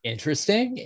Interesting